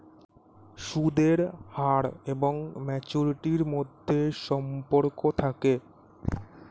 সুদের হার এবং ম্যাচুরিটির মধ্যে সম্পর্ক থাকে